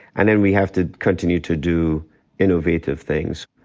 and then we have to continue to do innovative things.